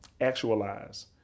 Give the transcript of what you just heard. actualize